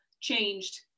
changed